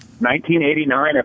1989